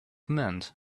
meant